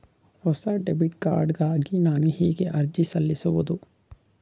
ಹೊಸ debit card ಗಾಗಿ ನಾನು ಹೇಗೆ ಅರ್ಜಿ ಸಲ್ಲಿಸುವುದು?